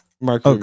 Mark